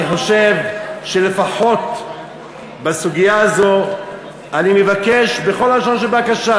אני חושב שלפחות בסוגיה הזאת אני מבקש בכל לשון של בקשה: